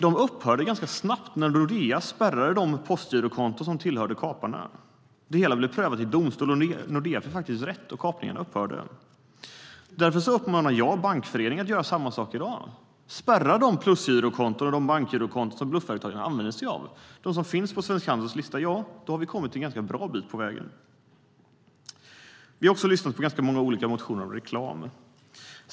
De upphörde ganska snabbt när Nordea spärrade de postgirokonton som tillhörde kaparna. Det hela blev prövat i domstol. Nordea fick faktiskt rätt, och kapningarna upphörde. Därför uppmanar jag Bankföreningen att göra samma sak i dag, spärra de plusgirokonton och de bankgirokonton som blufföretagen använder sig av, de som finns på Svensk Handels lista. Då har vi kommit en ganska bra bit på väg. Vi har också hört om ganska många olika motioner om reklam.